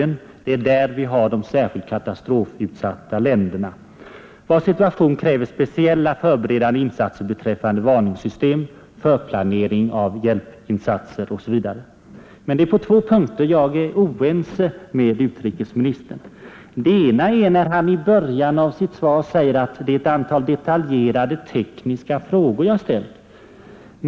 Det är där vi har de särskilt katastrofutsatta länderna, vilkas situation kräver speciella förberedande insatser beträffande varningssystem, förplanering av hjälpinsatser osv. Men det är på två punkter jag är oense med utrikesministern. Den ena är när han i början av sitt svar säger att det är ett antal detaljerade tekniska frågor jag ställt.